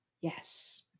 Yes